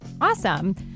Awesome